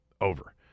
Over